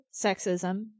sexism